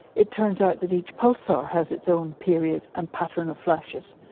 it turns out that each pulsar has its own period and pattern of flashes.